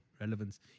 relevance